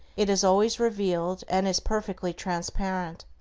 it is always revealed and is perfectly transparent.